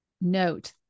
note